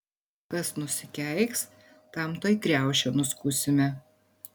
kas nusikeiks tam tuoj kriaušę nuskusime